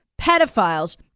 pedophiles